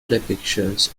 depictions